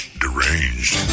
deranged